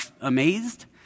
amazed